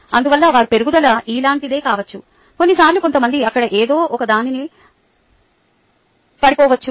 అందువల్ల వారి పెరుగుదల ఇలాంటిదే కావచ్చు కొన్నిసార్లు కొంతమంది అక్కడ ఏదో ఒకదానిలో పడిపోవచ్చు